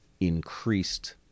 increased